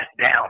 down